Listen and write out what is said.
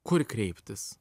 kur kreiptis